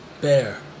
Bear